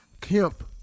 Kemp